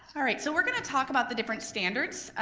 all right so we're gonna talk about the different standards,